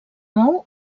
mou